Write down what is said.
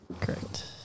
Correct